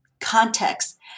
context